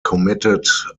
committed